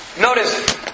Notice